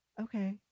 Okay